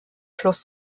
fluss